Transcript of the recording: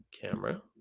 Camera